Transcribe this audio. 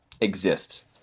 exists